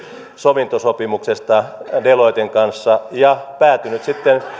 sovintosopimuksesta deloitten kanssa ja päätynyt sitten